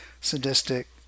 sadistic